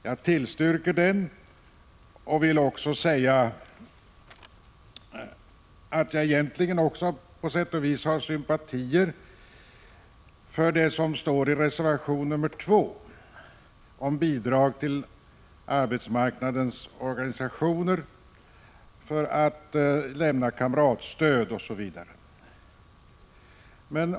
Jag tillstyrker den, men vill också säga att jag på sätt och vis också har sympatier för det som står i reservation 2 om bidrag till arbetsmarknadens organisationer. Det handlar om kamratstöd.